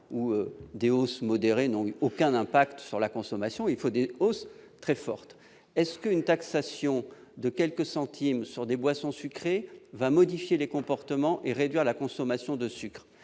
: des hausses modérées n'ont eu aucun impact sur la consommation. Il faut des hausses très fortes. Une taxation de quelques centimes sur des boissons sucrées peut-elle modifier les comportements et réduire la consommation de sucre ?